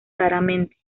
raramente